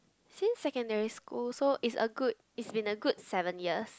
since secondary school so is a good it's been a good seven years